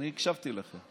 לא מלין על כך,